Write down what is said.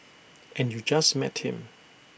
and you just met him